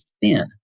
thin